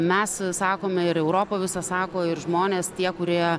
mes sakome ir europa visa sako ir žmonės tie kurie